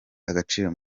agaciro